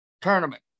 Tournament